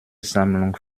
sammlung